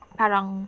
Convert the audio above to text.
parang